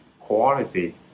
quality